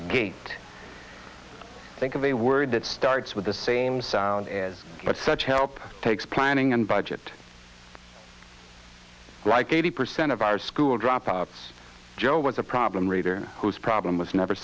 gate think of a word that starts with the same sound is but such help takes planning and budget like eighty percent of our school dropouts joe was a problem reader whose problem was never